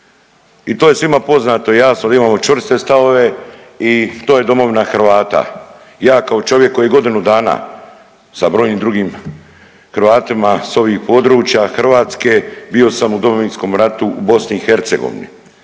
i to je svima poznato i jasno, da imamo čvrste stavove i to je domovina Hrvata. Ja kao čovjek koji godinu dana sa brojnim drugim Hrvatima s ovih područja Hrvatske, bio sam u Domovinskom ratu u BiH. I Hrvati